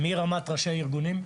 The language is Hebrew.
מרמת ראשי הארגונים,